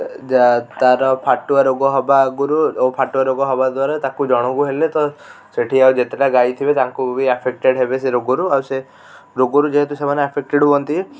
ତା ତାର ଫାଟୁଆ ରୋଗ ହବା ଆଗରୁ ଫାଟୁଆ ରୋଗ ହବା ଦ୍ଵାରା ତାକୁ ଜଣକୁ ହେଲେ ତ ସେଇଠି ଆଉ ଯେତେଟା ଗାଈ ଥିବେ ତାଙ୍କୁ ବି ଆଫେକ୍ଟେଡ୍ ହେବେ ସେଇ ରୋଗରୁ ଆଉ ସେ ରୋଗରୁ ଯେହେତୁ ସେମାନେ ଆଫେକ୍ଟେଡ୍ ହୁଅନ୍ତି